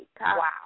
Wow